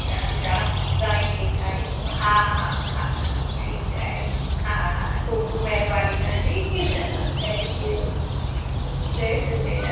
अच्छा अच्छा लाइटली खाइबो हा हा हा हा ठीकु आहे हा हा ख़ूब ख़ूब महिरबानी तव्हांजी थैंक्यू जय झूलेलाल